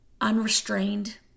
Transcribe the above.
unrestrained